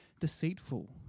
deceitful